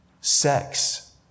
sex